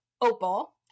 OPAL